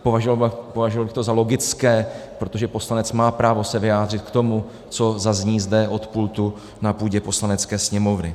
Považoval bych to za logické, protože poslanec má právo se vyjádřit k tomu, co zazní zde od pultu na půdě Poslanecké sněmovny.